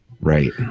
Right